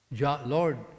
Lord